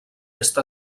est